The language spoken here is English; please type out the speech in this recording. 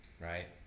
right